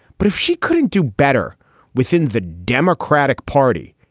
but if she couldn't do better within the democratic party,